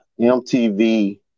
MTV